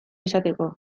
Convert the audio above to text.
izateko